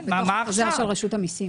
זה בחוזר של רשות המיסים.